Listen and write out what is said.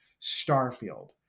Starfield